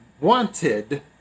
wanted